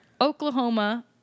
Oklahoma